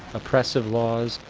oppressive laws,